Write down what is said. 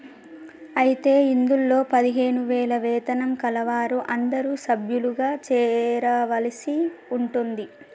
అయితే ఇందులో పదిహేను వేల వేతనం కలవారు అందరూ సభ్యులుగా చేరవలసి ఉంటుంది